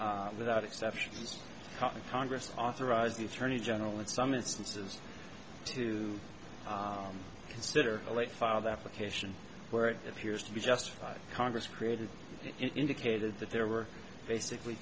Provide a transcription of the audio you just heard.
not without exceptions congress authorized the attorney general in some instances to consider a late father application where it appears to be justified congress created indicated that there were basically